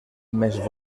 més